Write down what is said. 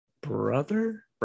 brother